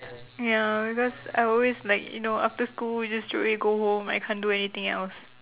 ya because I always like you know after school you just straight away go home I can't do anything else